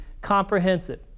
comprehensive